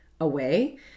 away